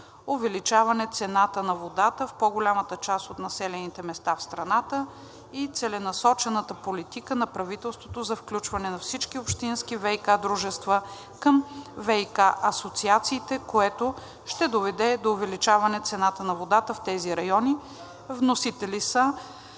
увеличаване цената на водата в по-голямата част от населените места в страната и целенасочената политика на правителството за включване на всички общински ВиК дружества към ВиК асоциациите, което също ще доведе до увеличаване цената на водата в тези райони. Вносители са